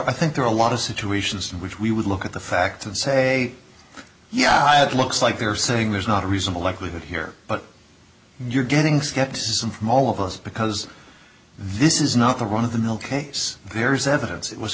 i think there are a lot of situations in which we would look at the facts of say yeah i have looks like they're saying there's not a reasonable likelihood here but you're getting skepticism from all of us because this is not the run of the mill case there is evidence